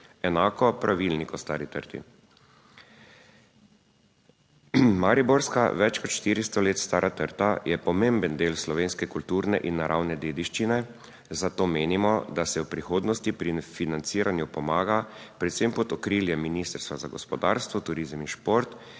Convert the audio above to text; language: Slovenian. enako Pravilnik o Stari trti. Mariborska, več kot 400 let stara trta je pomemben del slovenske kulturne in naravne dediščine, zato menimo, da se v prihodnosti pri financiranju pomaga predvsem pod okriljem Ministrstva za gospodarstvo, turizem in šport,